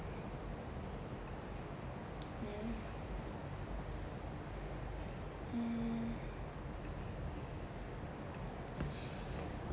mm mm